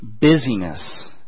busyness